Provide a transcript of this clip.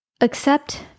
Accept